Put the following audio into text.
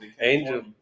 Angel